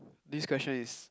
this question is